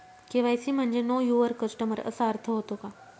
KYC म्हणजे know your customer असा अर्थ होतो का?